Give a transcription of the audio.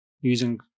using